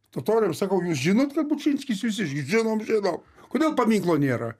totoriam sakau jūs žinot kad bučinskis jūsiškis žinom žinom kodėl paminklo nėra